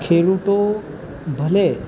ખેડૂતો ભલે